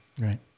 Right